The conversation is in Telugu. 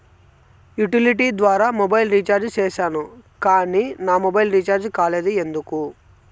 యుటిలిటీ ద్వారా మొబైల్ రీచార్జి సేసాను కానీ నా మొబైల్ రీచార్జి కాలేదు ఎందుకు?